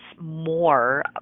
more